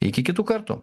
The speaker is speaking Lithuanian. iki kitų kartų